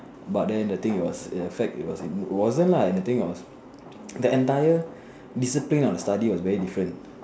but then the thing was it affect it wasn't lah and the thing was the entire discipline of the study was very different